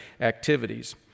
activities